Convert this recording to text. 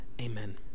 Amen